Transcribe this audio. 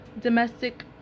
domestic